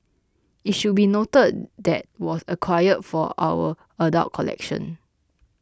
it should be noted that was acquired for our adult collection